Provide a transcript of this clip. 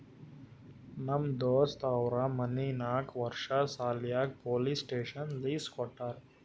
ನಮ್ ದೋಸ್ತ್ ಅವ್ರ ಮನಿ ನಾಕ್ ವರ್ಷ ಸಲ್ಯಾಕ್ ಪೊಲೀಸ್ ಸ್ಟೇಷನ್ಗ್ ಲೀಸ್ ಕೊಟ್ಟಾರ